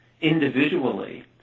individually